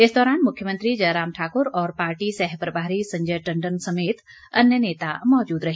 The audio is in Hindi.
इस दौरान मुख्यमंत्री जयराम ठाकुर और पार्टी सहप्रभारी संजय टंडन समेत अन्य नेता मौजूद रहे